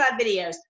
videos